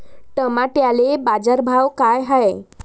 टमाट्याले बाजारभाव काय हाय?